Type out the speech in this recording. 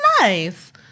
nice